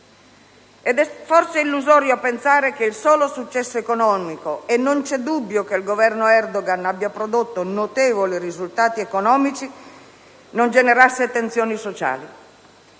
È forse illusorio pensare che il solo successo economico - e non c'è dubbio che il Governo Erdogan abbia prodotto notevoli risultati i economici - non generasse tensioni sociali.